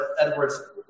Edwards